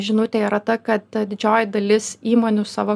žinutė yra ta kad didžioji dalis įmonių savo